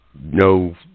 no